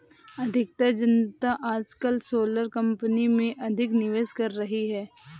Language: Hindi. अधिकतर जनता आजकल सोलर कंपनी में अधिक निवेश कर रही है